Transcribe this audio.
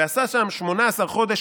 ועשה שם שמונה עשר חודש,